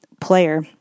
player